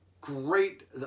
great